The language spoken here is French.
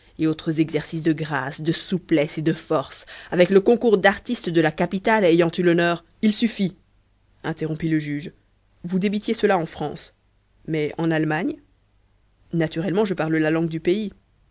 et autres exercices de grâce de souplesse et de force avec le concours d'artistes de la capitale ayant eu l'honneur il suffit interrompit le juge vous débitiez cela en france mais en allemagne naturellement je parle la langue du pays